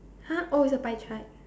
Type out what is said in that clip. !huh! oh it's a pie chart